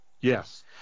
Yes